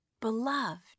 beloved